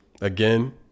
Again